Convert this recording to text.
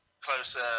closer